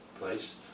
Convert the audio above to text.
place